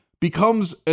becomes